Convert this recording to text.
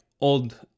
old